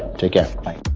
take care. bye